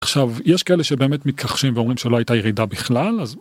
עכשיו יש כאלה שבאמת מתכחשים ואומרים שלא הייתה ירידה בכלל אז.